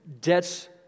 debts